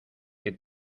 que